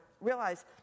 realize